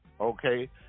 okay